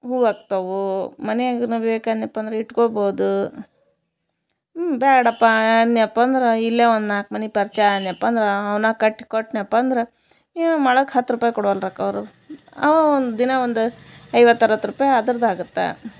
ಹೂವು ಆಗ್ತವು ಮನೆಯಾಗೆನ ಬೇಕಾದ್ನ್ಯಪ್ಪ ಅಂದ್ರೆ ಇಟ್ಕೊಬೋದು ಹ್ಞೂ ಬೇಡಪ್ಪ ಅಂದ್ನ್ಯಪ್ಪ ಅಂದ್ರೆ ಇಲ್ಲೇ ಒಂದು ನಾಲ್ಕು ಮನೆ ಪರಿಚಯ ಆದ್ನ್ಯಪ್ಪ ಅಂದ್ರೆ ಅವನ್ನ ಕಟ್ಟಿಕೊಟ್ನ್ಯಪ್ಪ ಅಂದ್ರೆ ಏನೋ ಮೊಳಕ್ಕೆ ಹತ್ತು ರೂಪಾಯಿ ಕೊಡುವಲ್ರಕ್ಕ ಅವರು ದಿನ ಒಂದು ಐವತ್ತು ಅರ್ವತ್ತು ರೂಪಾಯಿ ಅದರ್ದು ಆಗತ್ತೆ